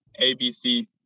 ABC